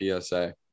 PSA